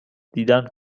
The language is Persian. دیدن